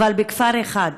אבל בכפר אחד.